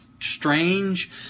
strange